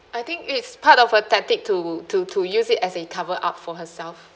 I think it's part of a tactic to to to use it as a cover up for herself